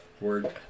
Word